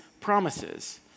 promises